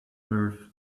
earth